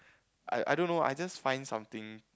I I don't know I just find something